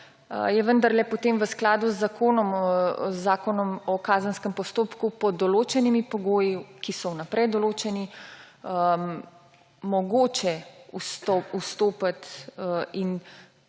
je vendarle potem v skladu z Zakonom o kazenskem postopku pod določenimi pogoji, ki so v naprej določeni, mogoče vstopiti in